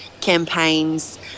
campaigns